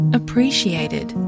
appreciated